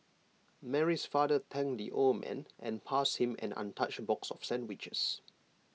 Mary's father thanked the old man and passed him an untouched box of sandwiches